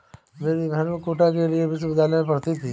मेरी बहन कोटा के कृषि विश्वविद्यालय में पढ़ती थी